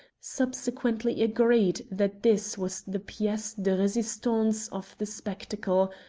subsequently agreed that this was the piece de resistance of the spectacle,